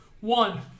One